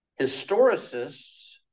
Historicists